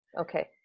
Okay